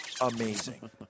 amazing